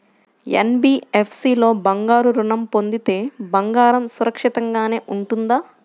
NBFC లో బంగారు ఋణం పొందితే బంగారం సురక్షితంగానే ఉంటుందా?